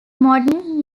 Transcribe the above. modern